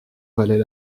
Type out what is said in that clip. valait